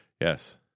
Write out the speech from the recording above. Yes